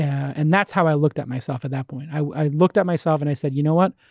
and that's how i looked at myself at that point. i looked at myself and i said, you know what?